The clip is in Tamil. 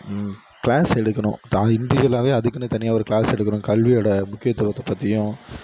கிளாஸ் எடுக்கணும் த இன்டிவிஜுவலாவே அதுக்குனு தனியாக ஒரு கிளாஸ் எடுக்கணும் கல்வியோடய முக்கியத்துவத்தைப் பற்றியும்